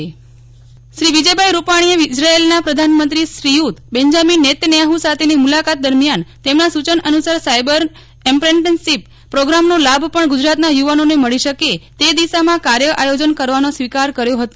નેહલ ઠકકર શ્રી વિજયભાઈ રૂપાલીએ ઇઝરાયેલના પ્રધાનમંત્રી શ્રીયુત બેન્જામિન નેતન્યાદૂ સાથેની મુલાકાત દરમિયાન તેમના સૂચન અનુસાર સાયબર એપ્રેન્ટિસશિપ પ્રોગ્રામનો લાભ પણ ગુજરાતના યુવાનોને મળી શકે તે દિશામાં કાર્ય આયોજન કરવાનો સ્વીકાર કર્યો હતો